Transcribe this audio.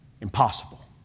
impossible